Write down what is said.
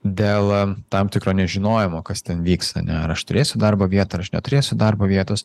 dėl tam tikro nežinojimo kas ten vyksta ne ar aš turėsiu darbo vietą aš neturėsiu darbo vietos